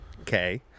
Okay